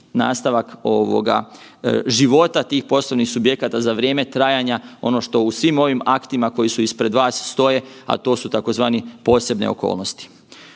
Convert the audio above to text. nastavak ovoga života tih poslovnih subjekata za vrijeme trajanja ono što u svim ovim aktima koji su ispred vas stoje, a to su tzv. posebne okolnosti.